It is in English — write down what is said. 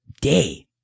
day